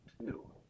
two